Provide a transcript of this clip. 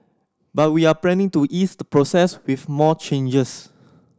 but we are planning to ease the process with more changes